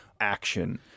action